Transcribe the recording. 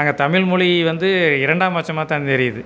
அங்கே தமிழ் மொழி வந்து இரண்டாம் பட்சமாக தான் தெரியுது